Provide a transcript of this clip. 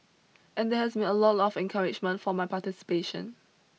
and there's been a lot of encouragement for my participation